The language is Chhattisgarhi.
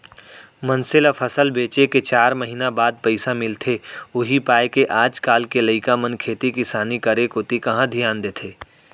मनसे ल फसल बेचे के चार महिना बाद पइसा मिलथे उही पायके आज काल के लइका मन खेती किसानी करे कोती कहॉं धियान देथे